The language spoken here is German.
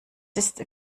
ist